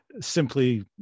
simply